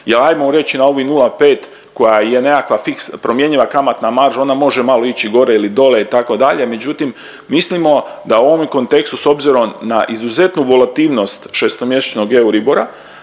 je ajmo reći na ovih 0,5 koja je nekakva promjenjiva kamatna marža ona može malo ići gore ili dole itd., međutim mislimo da u ovome kontekstu s obzirom na izuzetnu volatilnost šestomjesečnog Euribora,